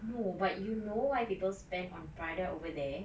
no but you know why people spend on prada over there